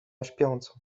śpiącą